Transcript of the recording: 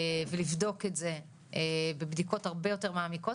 ולבדוק את זה בבדיקות הרבה יותר מעמיקות